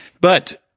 But-